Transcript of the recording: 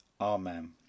Amen